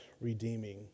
redeeming